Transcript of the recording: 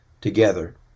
together